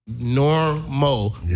normal